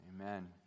Amen